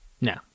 no